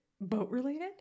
Boat-related